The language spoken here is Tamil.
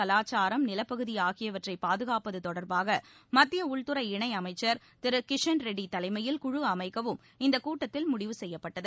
கலாச்சாரம் நிலப்பகுதி ஆகியவற்றை பாதுகாப்பது தொடர்பாக மத்திய உள்துறை இணையமைச்சர் திரு கிஷன் ரெட்டி தலைமையில் குழு அமைக்கவும் இந்தக் கூட்டத்தில் முடிவு செய்யப்பட்டது